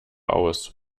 aus